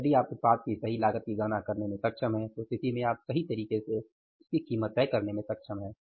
अतः यदि आप उत्पाद की सही लागत की गणना करने में सक्षम हैं तो उस स्थिति में आप सही तरीके से उसकी कीमत तय करने में सक्षम हैं